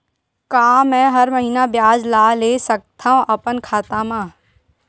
का मैं हर महीना ब्याज ला ले सकथव अपन खाता मा?